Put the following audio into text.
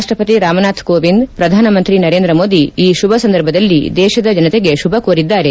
ರಾಪ್ಟಪತಿ ರಾಮನಾಥ ಕೋವಿಂದ್ ಪ್ರಧಾನಿ ನರೇಂದ್ರ ಮೋದಿ ಈ ಶುಭ ಸಂದರ್ಭದಲ್ಲಿ ದೇಶದ ಜನತೆಗೆ ಶುಭ ಕೋರಿದ್ದಾರೆ